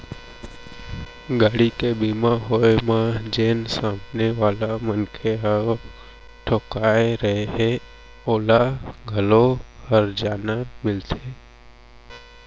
गाड़ी के बीमा होय म जेन सामने वाला मनसे ह ठोंकाय रथे ओला घलौ हरजाना मिलथे